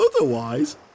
Otherwise